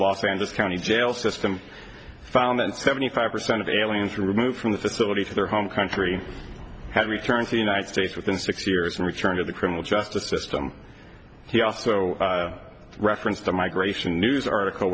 los angeles county jail system found that seventy five percent of aliens removed from the facility to their home country had to return to the united states within six years and return to the criminal justice system he also referenced the migration news article